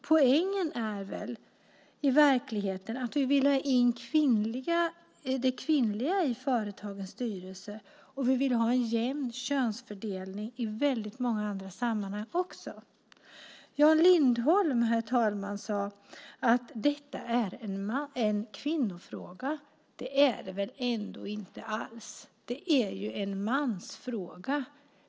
Poängen är väl i verkligheten att vi vill ha in det kvinnliga i företagens styrelser och en jämn könsfördelning också i väldigt många andra sammanhang. Herr talman! Jan Lindholm sade att detta är en kvinnofråga. Det är det väl ändå inte alls. Det är ju en mansfråga.